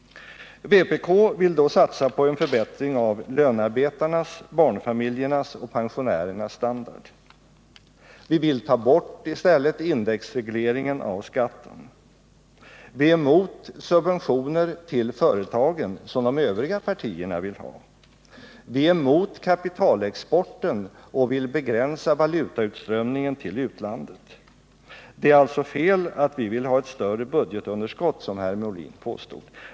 78 Vpk vill satsa på en förbättring av lönarbetarnas, barnfamiljernas och pensionärernas standard. Vi vill ta bort indexregleringen av skatten. Viärmot Nr 54 subventioner till företagen, som de övriga partierna vill ha. Vi är mot Torsdagen den xapitalexporten och vill begränsa valutautströmningen till utlandet. 14 december 1978 Det är alltså fel att, som herr Molin gör, påstå att vi vill ha ett större budgetunderskott.